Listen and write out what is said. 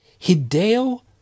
Hideo